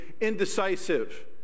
indecisive